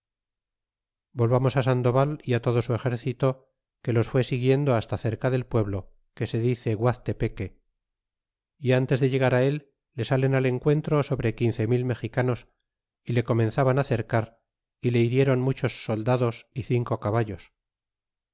volvamos sandoval y todo su exército que los fue siguiendo hasta cerca del pueblo que se dice guaztepeque y ntes de llegar el le salen al encuentro sobre quince mil mexicanos y le comenzaban cercar y le hirieron muchos soldados y cinco caballos